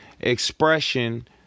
expression